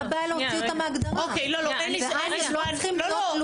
מה הבעיה להוציא אותם מההגדרה?